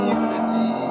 unity